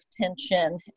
tension